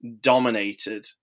dominated